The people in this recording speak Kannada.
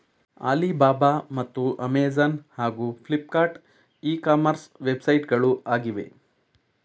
ಆಲಿಬಾಬ ಮತ್ತು ಅಮೆಜಾನ್ ಹಾಗೂ ಫ್ಲಿಪ್ಕಾರ್ಟ್ ಇ ಕಾಮರ್ಸ್ ವೆಬ್ಸೈಟ್ಗಳು ಆಗಿವೆ